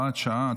הוראת שעה),